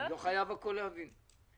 אני לא חייב להבין הכול.